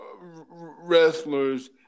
wrestlers